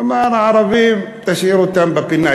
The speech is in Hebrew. אמר: הערבים, תשאיר אותם בפינה.